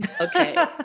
Okay